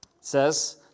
says